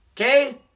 Okay